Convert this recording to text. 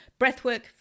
Breathwork